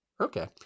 Okay